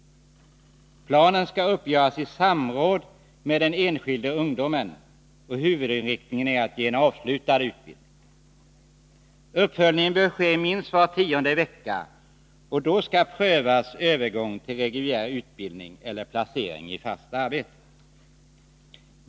Planen skall uppgöras i samråd med den enskilde, och huvudinriktningen är att ge en avslutad utbildning. Uppföljning bör ske minst var tionde vecka, och då skall prövas övergång till reguljär utbildning eller placering i fast arbete.